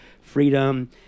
freedom